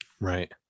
Right